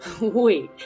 Wait